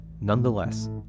Nonetheless